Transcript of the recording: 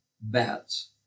bats